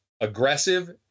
aggressive